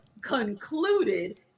concluded